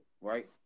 right